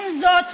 עם זאת,